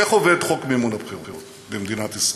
איך עובד חוק מימון הבחירות במדינת ישראל?